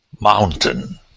Mountain